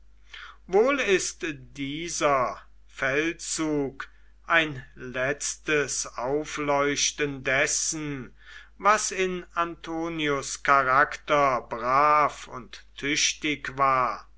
wohl ist dieser feldzug ein letztes aufleuchten dessen was in antonius charakter brav und tüchtig war